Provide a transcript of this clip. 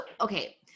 okay